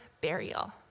burial